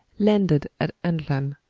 landed at antlan,